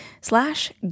slash